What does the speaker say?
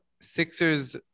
Sixers